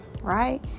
right